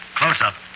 close-up